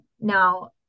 now